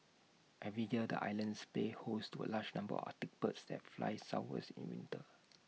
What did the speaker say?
every year the island plays host to A large number Arctic birds that fly southwards in winter